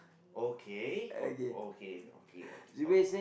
okay o~ okay okay okay o~